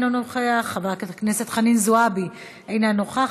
אינו נוכח,